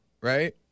right